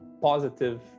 positive